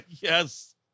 yes